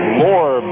more